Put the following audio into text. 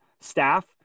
staff